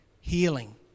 healing